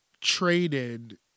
traded